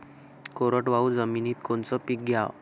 कोरडवाहू जमिनीत कोनचं पीक घ्याव?